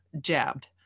jabbed